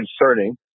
concerning